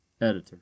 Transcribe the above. Editor